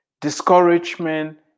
discouragement